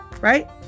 Right